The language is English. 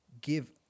give